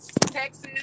Texas